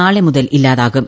നാളെമുതൽ ഇല്ലാതാകും